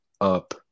up